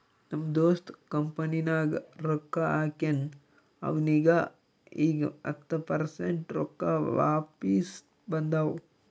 ನಮ್ ದೋಸ್ತ್ ಕಂಪನಿನಾಗ್ ರೊಕ್ಕಾ ಹಾಕ್ಯಾನ್ ಅವ್ನಿಗ ಈಗ್ ಹತ್ತ ಪರ್ಸೆಂಟ್ ರೊಕ್ಕಾ ವಾಪಿಸ್ ಬಂದಾವ್